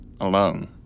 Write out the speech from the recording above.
alone